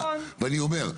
ואני אומר,